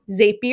Zapier